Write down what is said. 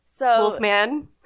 Wolfman